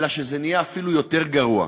אלא שזה נהיה אפילו יותר גרוע.